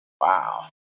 wow